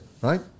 right